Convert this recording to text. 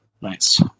Nice